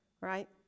right